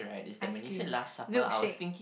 ice cream milk shake